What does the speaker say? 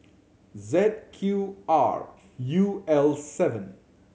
Z Q R U L seven